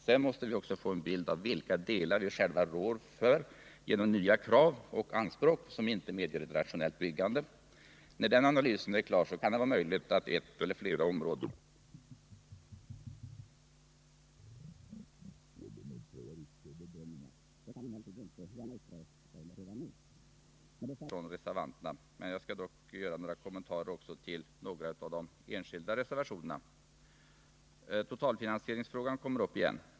Sedan måste vi också få en bild av vilka delar vi själva rår för på grund av nya krav och anspråk som inte medger ett rationellt byggande. När den här analysen är klar är det möjligt att ett eller flera områden blir aktuella för parlamentariska bedömningar — det kan vi emellertid inte gärna yttra oss om redan nu. Med det sagda har jag egentligen tagit upp det huvudsakliga budskapet från reservanterna. Jag skall dock göra några kommentarer till en del av de enskilda reservationerna. Totalfinansieringsfrågan kommer upp igen.